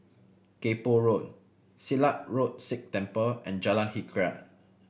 Kay Poh Road Silat Road Sikh Temple and Jalan Hikayat